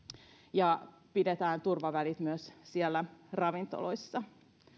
ja pidetään turvavälit myös siellä ravintoloissa